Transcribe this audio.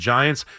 Giants